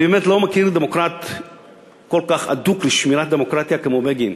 אני באמת לא מכיר דמוקרט כל כך אדוק בשמירת הדמוקרטיה כמו בגין.